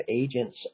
agents